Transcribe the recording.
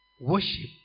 Worship